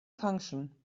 function